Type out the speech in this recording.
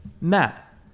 Matt